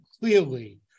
clearly